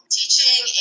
teaching